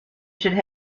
should